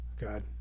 God